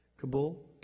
Kabul